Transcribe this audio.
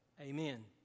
Amen